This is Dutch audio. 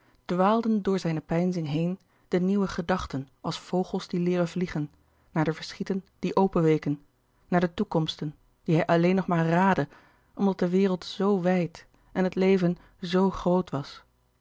dwaalden door zijne peinzing heen de nieuwe gedachten als vogels die leeren vliegen naar de verschieten die openweken naar de toekomsten die hij alleen nog maar raadde omdat de wereld zoo wijd en het leven zoo groot was